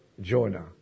Jonah